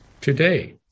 today